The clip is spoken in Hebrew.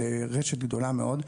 זו רשת גדולה מאוד,